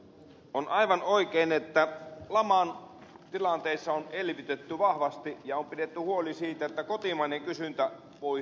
on aivan oikein että laman tilanteissa on elvytetty vahvasti ja on pidetty huoli siitä että kotimainen kysyntä voi hyvin